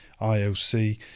IOC